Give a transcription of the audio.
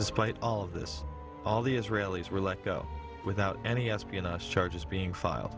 despite all of this all the israelis were let go without any espionage charges being file